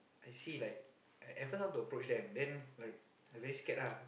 I see like at first I want approach them then like I very scared lah